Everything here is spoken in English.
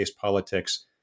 politics